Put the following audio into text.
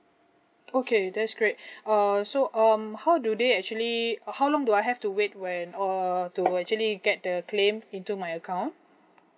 okay that's great uh so um how do they actually uh how long do I have to wait when err to actually get the claim into my account